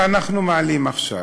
שאנחנו מעלים עכשיו,